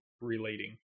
relating